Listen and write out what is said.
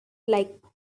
like